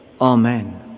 Amen